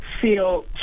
feel